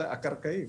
הקרקעיים.